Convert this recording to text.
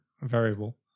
variable